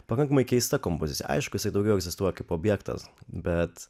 pakankamai keista kompozicija aišku jisai daugiau egzistuoja kaip objektas bet